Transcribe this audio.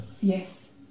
Yes